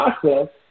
process